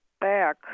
Back